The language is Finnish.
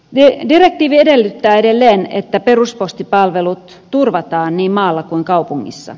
direktiivi edellyttää edelleen että peruspostipalvelut turvataan niin maalla kuin kaupungissa